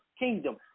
kingdom